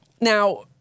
Now